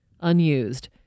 unused